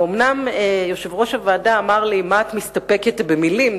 ואומנם יושב-ראש הוועדה גפני אמר לי: מה את מסתפקת במלים?